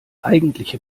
eigentliche